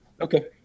Okay